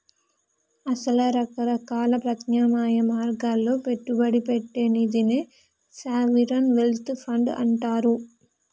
అసల రకరకాల ప్రత్యామ్నాయ మార్గాల్లో పెట్టుబడి పెట్టే నిదినే సావరిన్ వెల్త్ ఫండ్ అంటారు